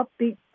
upbeat